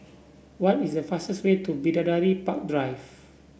what is the fastest way to Bidadari Park Drive